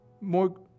more